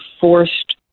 forced